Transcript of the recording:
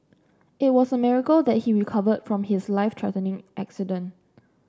it was a miracle that he recovered from his life threatening accident